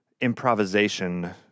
improvisation